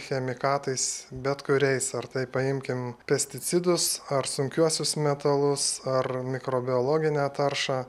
chemikatais bet kuriais ar tai paimkim pesticidus ar sunkiuosius metalus ar mikrobiologinę taršą